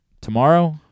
Tomorrow